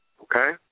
okay